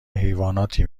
حیواناتی